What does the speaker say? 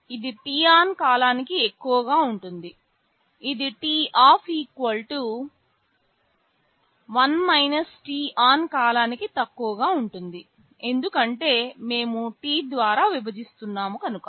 ఇది t on కాలానికి ఎక్కువగా ఉంటుంది ఇది t off 1 t on కాలానికి తక్కువగా ఉంటుంది ఎందుకంటే మేము T ద్వారా విభజిస్తున్నాము కనుక